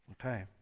Okay